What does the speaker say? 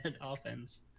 offense